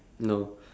no